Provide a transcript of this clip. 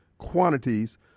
quantities